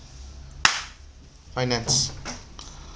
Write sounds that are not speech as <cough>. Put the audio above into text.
finance <breath>